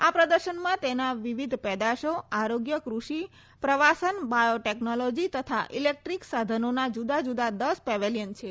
આ પ્રદર્શનમાં તેની વિવિધ પેદાશો આરોગ્ય કૃષિ પ્રવાસન બાયોટેકનોલોજી તથા ઈલેક્ટ્રીક સાધનોના જુદા જુદા દસ પેવેલીયન છે